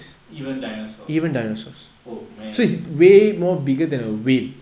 even dinosaur oh man